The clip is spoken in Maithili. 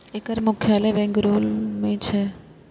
एकर मुख्यालय बेंगलुरू मे छै